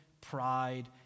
pride